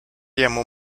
llamó